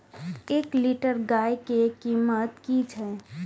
एक लीटर गाय के कीमत कि छै?